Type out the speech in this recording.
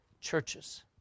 churches